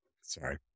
Sorry